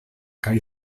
kaj